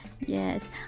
Yes